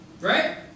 Right